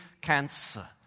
cancer